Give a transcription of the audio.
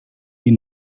die